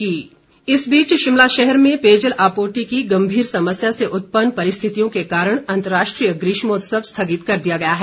ग्रीष्मोत्सव इधर शिमला शहर में पेयजल आपूर्ति की गम्भीर समस्या से उत्पन्न परिस्थितियों के कारण अंतरराष्ट्रीय ग्रीष्मोत्सव स्थगित कर दिया गया है